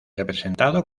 representado